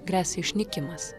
gresia išnykimas